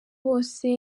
bose